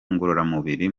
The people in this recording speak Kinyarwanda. ngororamubiri